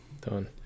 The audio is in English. Done